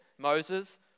Moses